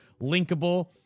linkable